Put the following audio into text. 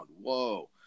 Whoa